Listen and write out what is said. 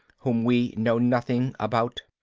whom we know nothing about.